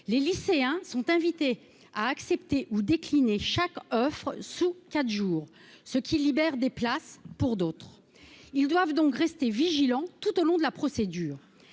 Les lycéens sont ensuite invités à accepter ou à décliner chaque offre, sous quatre jours, ce qui libère des places pour d'autres. Ils doivent donc rester vigilants tout au long de la procédure.